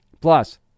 Plus